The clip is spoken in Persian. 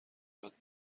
یاد